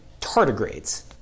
tardigrades